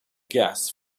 gas